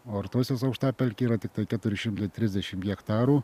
o artosios aukštapelkė yra tiktai keturi šimtai trisdešim hektarų